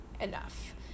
enough